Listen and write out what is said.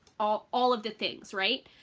all all of the things, right?